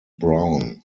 brown